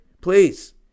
Please